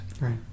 Right